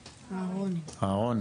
אהרוני.